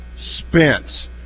Spence